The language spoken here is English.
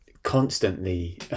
constantly